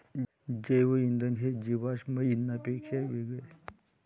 जैवइंधन हे जीवाश्म इंधनांपेक्षा वेगळे असतात ज्यांना नैसर्गिक रित्या जास्त वेळ लागतो